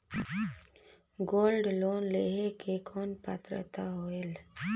Gold loan लेहे के कौन पात्रता होएल?